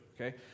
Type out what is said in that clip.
okay